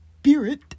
spirit